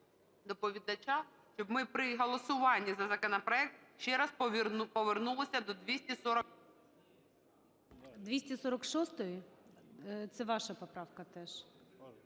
доповідача, щоб ми при голосуванні за законопроект ще раз повернулися до ...